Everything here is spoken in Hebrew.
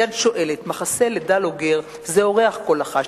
יד שואלת מחסה לדל או גר/ 'זה אורח' כה לחשתי,